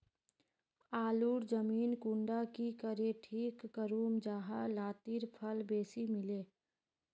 आलूर जमीन कुंडा की करे ठीक करूम जाहा लात्तिर फल बेसी मिले?